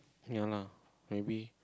ya lah maybe